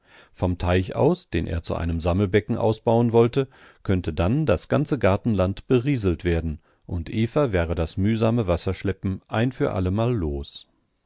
vom teich aus den er zu einem sammelbecken ausbauen wollte könnte dann das ganze gartenland berieselt werden und eva wäre das mühsame wasserschleppen ein für allemal los